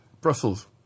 Brussels